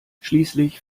schließlich